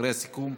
אחרי הסיכום.